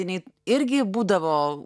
nei irgi būdavo